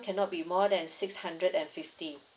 cannot be more than six hundred and fifty